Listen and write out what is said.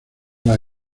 las